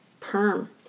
Perm